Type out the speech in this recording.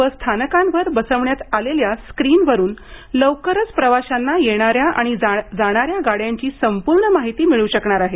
बस स्थानकांवर बसवण्यात आलेल्या स्क्रीनवरून लवकरच प्रवाशांना येणाऱ्या आणि जाणाऱ्या गाड्यांची संपूर्ण माहिती मिळू शकणार आहे